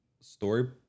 story